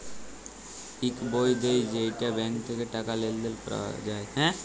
ইক বই দেয় যেইটা ব্যাঙ্ক থাক্যে টাকা লেলদেল ক্যরা যায়